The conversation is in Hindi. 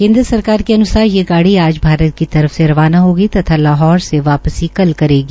केन्द्र सरकार के अन्सार ये गाड़ी आज भारत की तरफ से रवाना होगी तथा लाहौर से वापिसी कल करेगी